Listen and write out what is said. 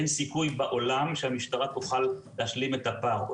אין סיכוי בעולם שהמשטרה תוכל להשלים את הפער,